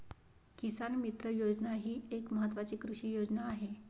किसान मित्र योजना ही एक महत्वाची कृषी योजना आहे